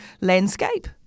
landscape